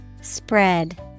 Spread